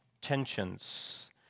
tensions